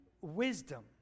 wisdom